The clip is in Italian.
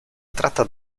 tratta